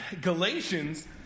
Galatians